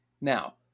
now